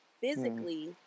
physically